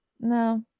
No